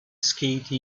skate